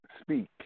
speak